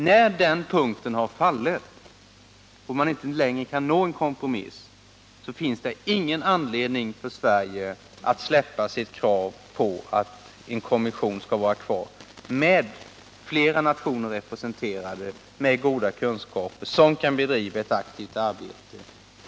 När den punkten har fallit och man inte längre kan uppnå en kompromiss, finns det ingen anledning för Sverige att släppa sitt krav på att en kommission skall vara kvar, där flera nationer är representerade med goda kunskaper och som kan bedriva ett gott arbete.